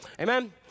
Amen